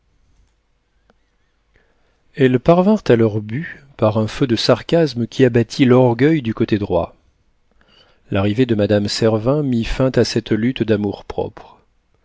elles parvinrent à leur but par un feu de sarcasmes qui abattit l'orgueil du côté droit l'arrivée de madame servin mit fin à cette lutte d'amour-propre